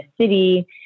city